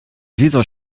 dieser